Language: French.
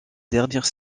dernière